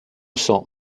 sang